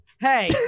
hey